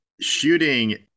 shooting